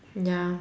ya